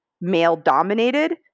male-dominated